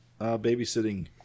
babysitting